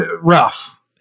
rough